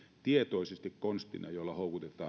tietoisesti konstina jolla